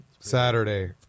Saturday